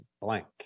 blank